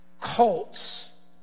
cults